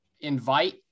invite